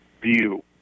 view